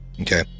Okay